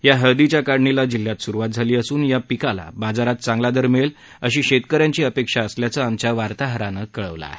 या हळदीच्या काढणीला जिल्ह्यात सुरुवात झाली असून या पिकाला बाजारात चांगला दर मिळेल अशी शेतक यांची अपेक्षा असल्याचं आमच्या वार्ताहरानं कळवलं आहे